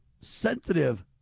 sensitive